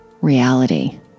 reality